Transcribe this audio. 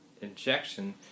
injection